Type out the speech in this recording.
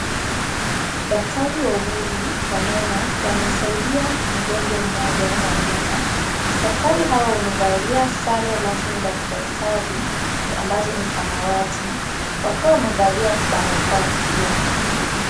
Daktari wawili wa meno wanamsaidia mgonjwa mmoja wa meno. daktari hawa wamevalia sare rasmi za kidaktari ambazo ni samawati wakiwa wamevalia barakoa pia.